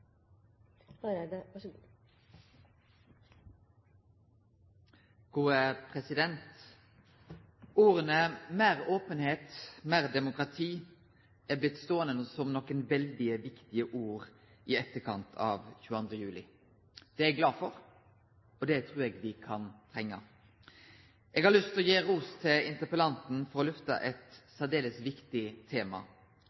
gjøre de ordene så små at vi ender opp med å diskutere en handlingsplan. Orda «meir openheit, meir demokrati» er blitt ståande som nokre veldig viktige ord i etterkant av 22. juli. Det er eg glad for, og det trur eg me kan trenge. Eg har lyst til å gi ros til interpellanten for å lyfte eit